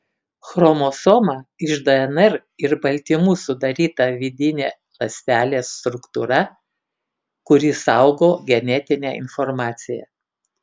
chromosoma iš dnr ir baltymų sudaryta vidinė ląstelės struktūra kuri saugo genetinę informaciją